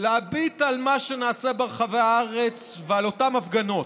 להביט על מה שנעשה ברחבי הארץ ועל אותן הפגנות.